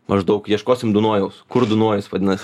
maždaug ieškosim dunojaus kur dunojus vadinas